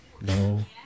No